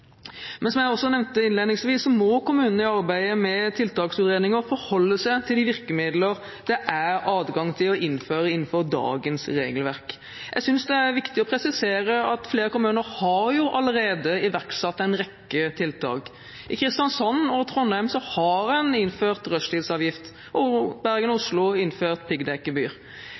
Men som jeg også nevnte innledningsvis: Kommunene må i arbeidet med tiltaksutredninger forholde seg til de virkemidler det er adgang til å innføre innenfor dagens regelverk. Jeg synes det er viktig å presisere at flere kommuner allerede har iverksatt en rekke tiltak. I Kristiansand og Trondheim har en innført rushtidsavgift, og Bergen og Oslo har innført piggdekkgebyr.